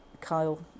Kyle